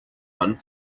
one